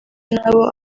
n’abo